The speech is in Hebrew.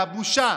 מהבושה.